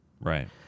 Right